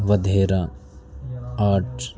ودھیرا آٹ